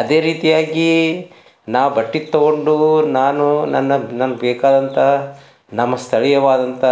ಅದೇ ರೀತಿಯಾಗಿ ನಾವು ಬಟ್ಟೆ ತೊಗೊಂಡೂ ನಾನು ನನ್ನ ನನ್ನ ಬೇಕಾದಂಥ ನಮಗೆ ಸ್ಥಳೀಯವಾದಂಥ